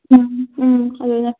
ꯎꯝ ꯎꯝ ꯑꯗꯨꯅꯤ